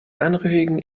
anrüchigen